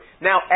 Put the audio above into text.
Now